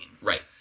Right